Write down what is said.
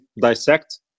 dissect